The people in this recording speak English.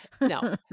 No